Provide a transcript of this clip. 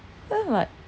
then like